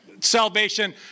salvation